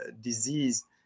disease